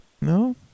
No